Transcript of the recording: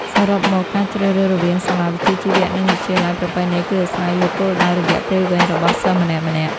សរុបមក ការជ្រើសរើសរវាងសាលាវិជ្ជាជីវៈ និងវិទ្យាល័យប្រពៃណីគឺអាស្រ័យលើគោលដៅរយៈពេលវែងរបស់សិស្សម្នាក់ៗ។